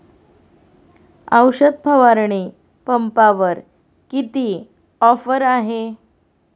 औषध फवारणी पंपावर किती ऑफर आहे?